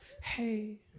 Hey